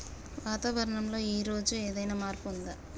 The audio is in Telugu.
వాతావరణం లో ఈ రోజు ఏదైనా మార్పు ఉందా?